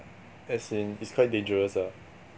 as in it's quite dangerous lah